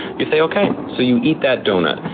you say, okay, so you eat that donut,